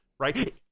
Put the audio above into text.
right